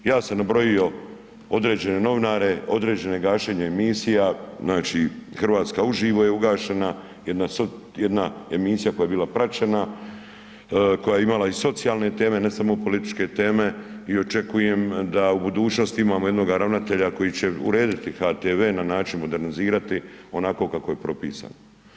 Ja sam nabrojio određene novinare, određene gašenje emisija, znači „Hrvatska uživo“ je ugašena, jedna emisija koja je bila praćena, koja je imala i socijalne teme, ne samo političke teme i očekujem da u budućnosti imamo jednoga ravnatelja koji će urediti HTV na način modernizirati onako kako je propisano.